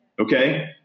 Okay